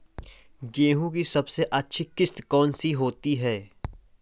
गेहूँ की सबसे अच्छी किश्त कौन सी होती है?